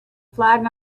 flag